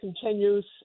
continues